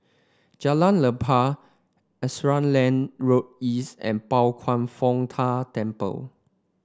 Jalan Lapang Auckland Lane Road East and Pao Kwan Foh Tang Temple